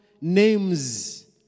names